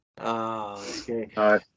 okay